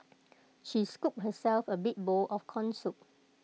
she scooped herself A big bowl of Corn Soup